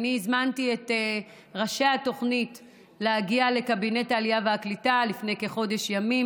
הזמנתי את ראשי התוכנית להגיע לקבינט העלייה והקליטה לפני כחודש ימים,